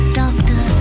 doctor